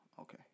Okay